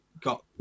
got